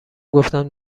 گفتم